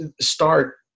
start